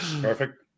Perfect